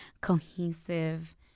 cohesive